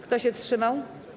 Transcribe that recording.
Kto się wstrzymał?